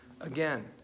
again